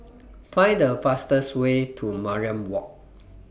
Find The fastest Way to Mariam Walk